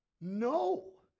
No